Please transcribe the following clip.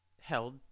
held